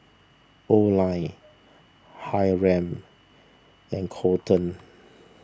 Oline Hiram and Coleton